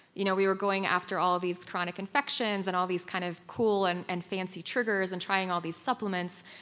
you know we were going after all these chronic infections and all these kind of cool and and fancy triggers and trying all these supplements,